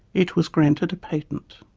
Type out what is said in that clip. it was granted a patent.